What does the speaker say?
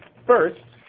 first,